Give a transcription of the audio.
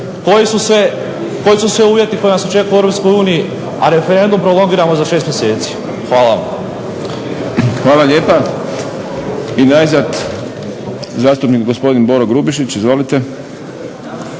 koji su sve uvjeti koji nas očekuju u Europskoj uniji, a referendum prolongiramo za šest mjeseci. Hvala vam. **Šprem, Boris (SDP)** Hvala lijepa. Najzad zastupnik gospodin Boro Grubišić. Izvolite.